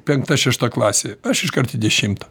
penkta šešta klasė aš iškart į dešimtą